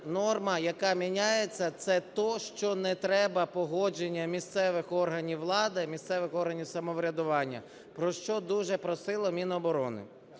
норма, яка міняється, це те, що не треба погодження місцевих органів влади, місцевих органів самоврядування, про що дуже просило Міноборони.